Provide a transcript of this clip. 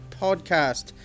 Podcast